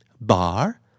bar